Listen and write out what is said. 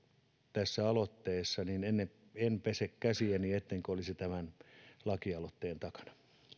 tässä aloitteessa en pese käsiäni siitä ettenkö olisi lakialoitteen takana